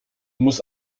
muss